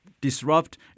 disrupt